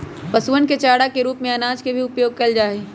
पशुअन के चारा के रूप में अनाज के भी उपयोग कइल जाहई